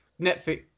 Netflix